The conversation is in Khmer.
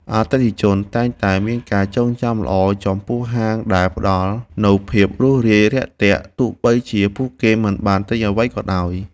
អតិថិជនតែងតែមានការចងចាំល្អចំពោះហាងដែលផ្តល់នូវភាពរួសរាយរាក់ទាក់ទោះបីជាពួកគេមិនបានទិញអ្វីក៏ដោយ។